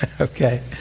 okay